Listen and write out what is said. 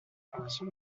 formation